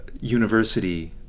university